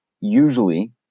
usually